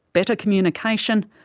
better communication,